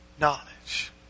knowledge